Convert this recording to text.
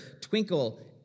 twinkle